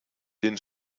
den